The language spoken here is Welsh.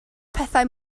pethau